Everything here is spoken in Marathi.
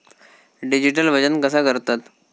डिजिटल वजन कसा करतत?